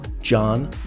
John